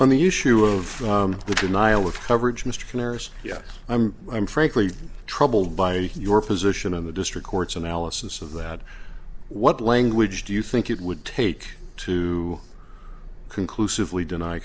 on the issue of the denial of coverage mr canaris yes i'm i'm frankly troubled by your position on the district court's analysis of that what language do you think it would take to conclusively deny